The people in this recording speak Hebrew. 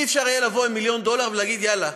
אי-אפשר יהיה לבוא עם מיליון דולר ולהגיד: יאללה,